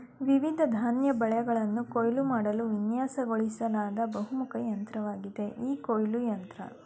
ವಿವಿಧ ಧಾನ್ಯ ಬೆಳೆಗಳನ್ನ ಕೊಯ್ಲು ಮಾಡಲು ವಿನ್ಯಾಸಗೊಳಿಸ್ಲಾದ ಬಹುಮುಖ ಯಂತ್ರವಾಗಿದೆ ಈ ಕೊಯ್ಲು ಯಂತ್ರ